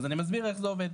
אז אני מסביר איך זה עובד.